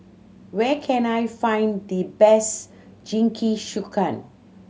where can I find the best Jingisukan